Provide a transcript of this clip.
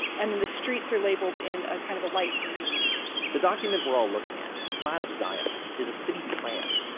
and and the streets are labeled in a kind of a light green the document we're all looking at, the plat of zion, is a city plan,